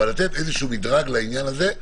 אבל לתת איזשהו מדרג לעניין הזה,